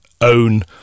own